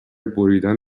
بریدن